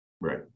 Right